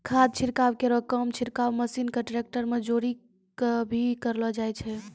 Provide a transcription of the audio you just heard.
खाद छिड़काव केरो काम छिड़काव मसीन क ट्रेक्टर में जोरी कॅ भी करलो जाय छै